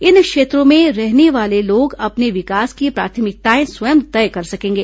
इन क्षेत्रों में रहने वाले लोग अपने विकास की प्राथमिकताएं स्वयं तय कर सकेंगे